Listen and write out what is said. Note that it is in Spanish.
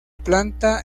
planta